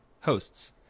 Hosts